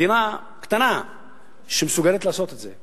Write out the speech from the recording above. מדינה קטנה שמסוגלת לעשות את זה,